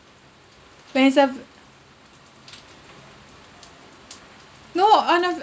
when it's a v~ no another